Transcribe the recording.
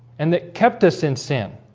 and that kept us in sin.